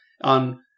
on